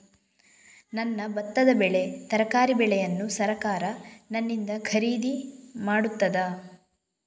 ನನ್ನ ಭತ್ತದ ಬೆಳೆ, ತರಕಾರಿ ಬೆಳೆಯನ್ನು ಸರಕಾರ ನನ್ನಿಂದ ಖರೀದಿ ಮಾಡುತ್ತದಾ?